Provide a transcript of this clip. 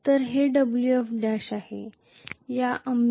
तर हे Wf'आहे